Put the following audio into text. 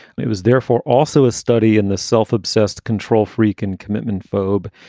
and it was therefore also a study in the self-obsessed control freak and commitment phobe.